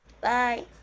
Bye